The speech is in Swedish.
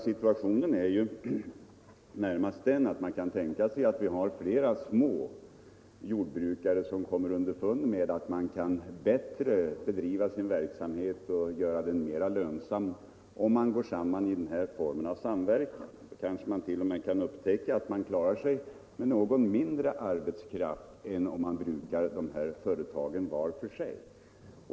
Situationen är ju den att man kan tänka sig att flera småbrukare kommer underfund med att de kan bedriva sin verksamhet bättre och göra den mera lönsam genom samverkan. De kanske t.o.m. upptäcker att de klarar sig med något mindre arbetskraft än om de brukade företagen var för sig.